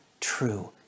true